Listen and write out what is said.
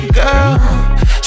girl